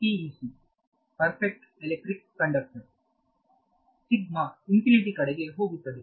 PEC perfect electric conductor sigma infinity ಕಡೆಗೆ ಹೋಗುತ್ತದೆ